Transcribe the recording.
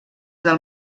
del